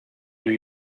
new